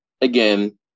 again